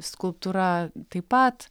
skulptūra taip pat